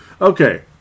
Okay